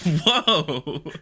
Whoa